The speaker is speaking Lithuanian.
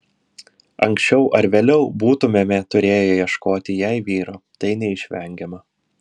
anksčiau ar vėliau būtumėme turėję ieškoti jai vyro tai neišvengiama